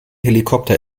helikopter